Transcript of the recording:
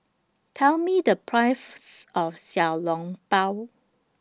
Tell Me The of Xiao Long Bao